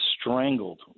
strangled